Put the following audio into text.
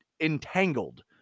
entangled